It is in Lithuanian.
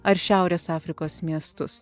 ar šiaurės afrikos miestus